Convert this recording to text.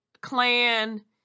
clan